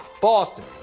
Boston